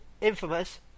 Infamous